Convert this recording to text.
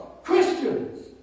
Christians